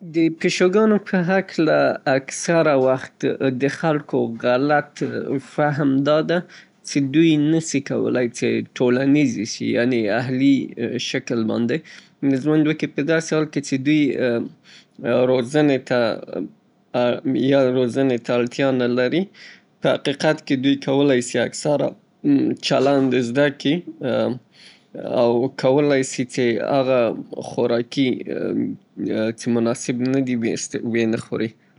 د پيشوګانو په هکله اکثره وخت د خلکو غلط فهم دا ده چې دوی نشي کولای چې ټولنيزې شي يعنې اهلي شکل باندې په داسې حال کې چې دوی اصلي روزنې ته اړتیا نلري په حقيقت کې دوی کولای سي اکثره چلند زده کي او کولای سي څې هغه خوراکي څې مناسب نه دي وې نه خوري.